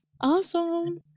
Awesome